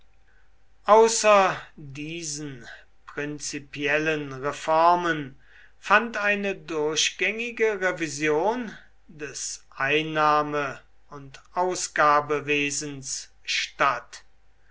außer diesen prinzipiellen reformen fand eine durchgängige revision des einnahme und ausgabewesens statt